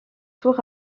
tour